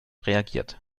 reagiert